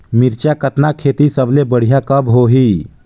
मिरचा कतना खेती सबले बढ़िया कब होही?